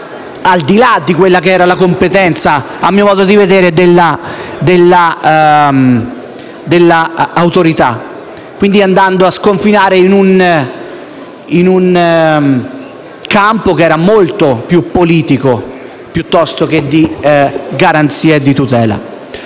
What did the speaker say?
al di là della sua competenza, a mio modo di vedere, e quindi andando a sconfinare in un campo che era molto più politico, piuttosto che di garanzia e di tutela.